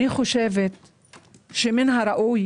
אני חושבת שמן הראוי